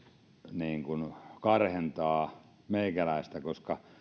niin kuin karhentaa meikäläistä koska